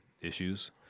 issues